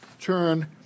turn